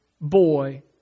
boy